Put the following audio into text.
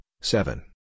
seven